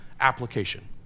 application